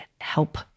help